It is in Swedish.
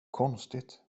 konstigt